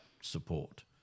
support